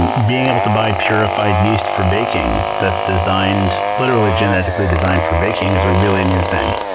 and being able to buy purified yeast for baking that's designed, literally genetically designed for baking, is a really new thing.